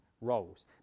roles